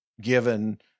given